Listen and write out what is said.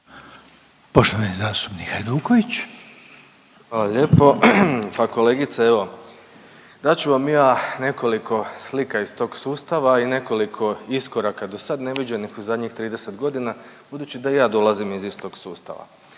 Domagoj (Socijaldemokrati)** Hvala lijepo. Pa kolegice, evo, dat ću vam ja nekoliko slika iz tog sustava i nekoliko iskoraka do sad, neviđenih u zadnjih 30 godina, budući da i ja dolazim iz istog sustava,